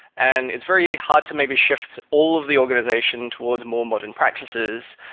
and it's very hard to maybe shift all of the organization towards more modern practices,